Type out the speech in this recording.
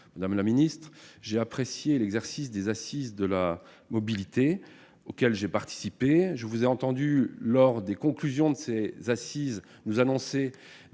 Madame la ministre, j'ai apprécié l'exercice des Assises de la mobilité, auxquelles j'ai pris part. Je vous ai entendu, lors de la conclusion de ces assises, annoncer